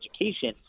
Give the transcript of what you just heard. education